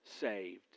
saved